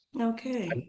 Okay